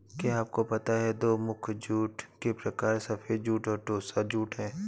क्या आपको पता है दो मुख्य जूट के प्रकार सफ़ेद जूट और टोसा जूट है